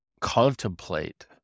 contemplate